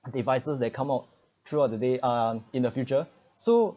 devices that come out throughout the day uh in the future so